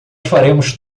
faremos